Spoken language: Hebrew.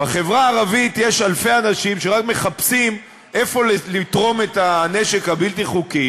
בחברה הערבית יש אלפי אנשים שרק מחפשים איפה לתרום את הנשק הבלתי-חוקי,